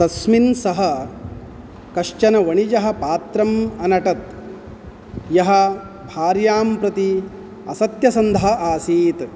तस्मिन् सह कश्चन वणिजः पात्रम् अनटत् यः भार्यां प्रति असत्यसन्धः आसीत्